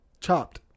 chopped